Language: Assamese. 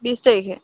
বিছ তাৰিখে